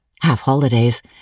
half-holidays